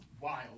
wild